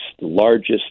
largest